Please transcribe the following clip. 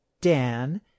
Dan